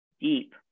deep